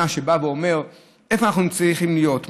שבא ואומר איפה אנחנו צריכים להיות,